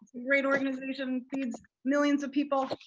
great organization, feeds millions of people.